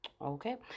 Okay